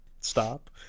stop